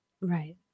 Right